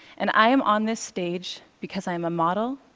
and i am on this stage because i am a model.